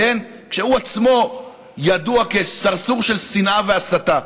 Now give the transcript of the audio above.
כשהוא עצמו ידוע כסרסור של שנאה והסתה,